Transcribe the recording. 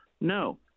No